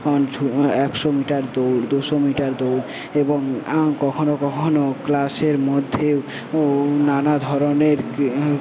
একশো মিটার দৌড় দুশো মিটার দৌড় এবং কখনো কখনো ক্লাসের মধ্যেও নানা ধরনের